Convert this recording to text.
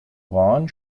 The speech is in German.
rahn